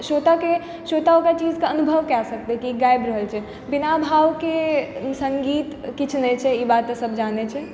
श्रोताके श्रोता ओकर चीजके अनुभव कै सकतै कि ई गाबि रहल छै बिना भावके सङ्गीत किछु नहि छै ई बात तऽ सब जानै छै